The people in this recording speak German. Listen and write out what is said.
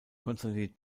konstantin